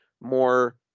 more